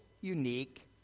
unique